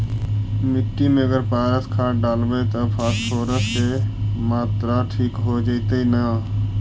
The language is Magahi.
मिट्टी में अगर पारस खाद डालबै त फास्फोरस के माऋआ ठिक हो जितै न?